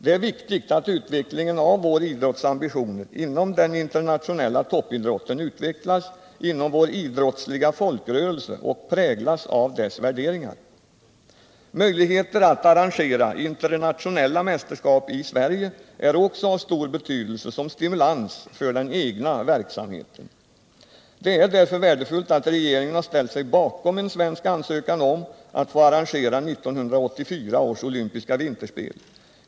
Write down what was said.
Det är viktigt att utvecklingen av vår idrotts ambitioner inom den internationella toppidrotten utvecklas inom vår idrottsliga folkrörelse och präglas av dess värderingar. Möjligheter att arrangera internationella mästerskap i Sverige är också av stor betydelse som stimulans för den egna verksamheten. Det är därför värdefullt att regeringen har ställt sig bakom en svensk ansökan om att få arrangera 1984 års olympiska vinterspel.